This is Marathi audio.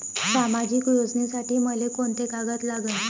सामाजिक योजनेसाठी मले कोंते कागद लागन?